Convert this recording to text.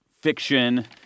fiction